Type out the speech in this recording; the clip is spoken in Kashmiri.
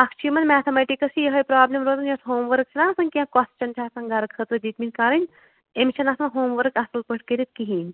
اکھ چھِ یِمن میتھامیٹِکس تہِ یِہےَ پرٛابلِم روزان یۄس ہوٗم ؤرٕک چھےٚ نا آسان کیٚنٛہہ کوسچن چھِ آسان گرٕ خٲطرٕ دِتۍ مٕتۍ کَرٕنۍ أمِس چھےٚ نہٕ آسان ہوٗم ؤرٕک اَصٕل پٲٹھۍ کٔرِتھ کِہیٖنٛۍ